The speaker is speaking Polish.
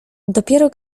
dopiero